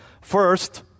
First